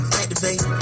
activate